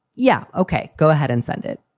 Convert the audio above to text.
yeah, ok, go ahead and send it.